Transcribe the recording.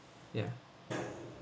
yeah